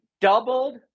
doubled